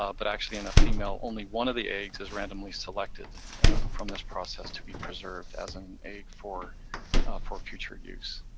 ah but actually, in a female, only one of the eggs is randomly selected from this process to be preserved as an egg for for future use.